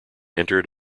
entered